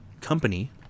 company